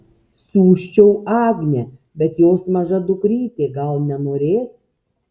siųsčiau agnę bet jos maža dukrytė gal nenorės